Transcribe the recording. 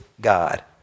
God